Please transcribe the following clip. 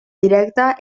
directa